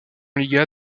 liga